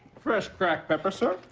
fresh cracked pepper, sir